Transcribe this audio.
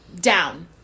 down